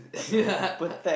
yeah